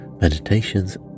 meditations